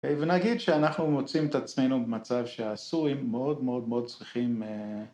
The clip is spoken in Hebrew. ונגיד שאנחנו מוצאים את עצמנו במצב שהסורים מאוד מאוד מאוד צריכים...